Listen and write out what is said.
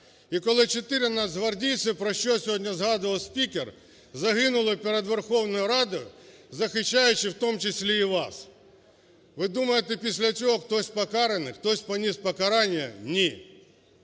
і коли чотири нацгвардійці, про що сьогодні згадував спікер, загинули перед Верховною Радою, захищаючи в тому числі і вас. Ви думає, після цього хтось покараний? Хтось поніс покарання? Ні.